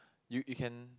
you you can